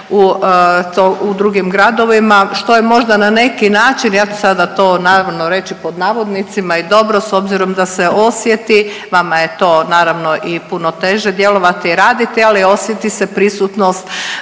u drugim gradovima, što je možda na neki način, ja ću sada to naravno reći pod navodnicima, je dobro s obzirom da se osjeti, vama je to naravno i puno teže djelovati i raditi, ali osjeti se prisutnost